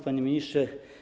Panie Ministrze!